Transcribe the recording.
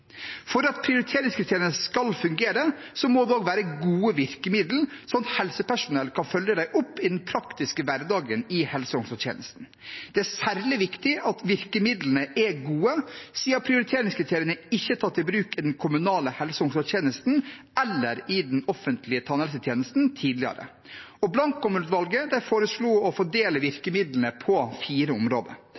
For at prioriteringskriteriene skal fungere, må det også være gode virkemidler, slik at helsepersonellet kan følge dem opp i den praktiske hverdagen i helse- og omsorgstjenesten. Det er særlig viktig at virkemidlene er gode, siden prioriteringskriteriene ikke er tatt i bruk verken i den kommunale helse- og omsorgstjenesten eller den offentlige tannhelsetjenesten tidligere. Blankholm-utvalget foreslo å fordele virkemidlene på fire områder.